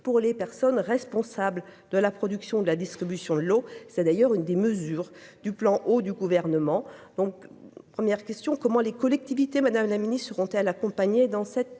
pour les personnes responsables de la production de la distribution de l'eau, c'est d'ailleurs une des mesures du plan eau du gouvernement. Donc première question, comment les collectivités, madame la Ministre seront-elles accompagner dans cette